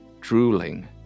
drooling